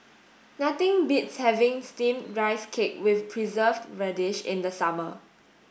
nothing beats having steamed rice cake with preserved radish in the summer